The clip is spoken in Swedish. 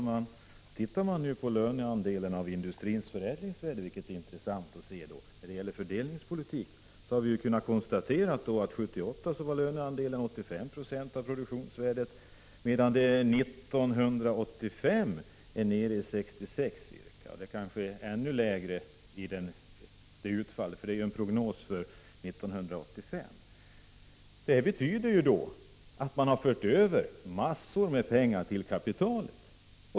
Fru talman! Ser man nu på löneandelen av industrins förädlingsvärde, vilket är intressant när det gäller fördelningspolitik, så kan vi konstatera att 1978 var löneandelen 85 96 av produktionsvärdet, medan den 1985 är nere i ca 66 Jo. Den är kanske i själva verket ännu lägre, för vi utgår här från en prognos för 1985. Detta betyder att man har fört över massor med pengar till kapitalet.